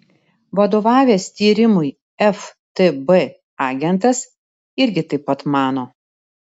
vadovavęs tyrimui ftb agentas irgi taip pat mano